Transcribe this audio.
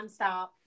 nonstop